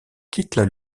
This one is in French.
quittent